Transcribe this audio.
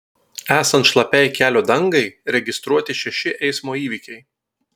esant šlapiai kelio dangai registruoti šeši eismo įvykiai